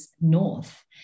north